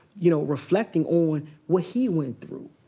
you know, reflecting on what he went through.